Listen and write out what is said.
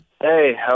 Hey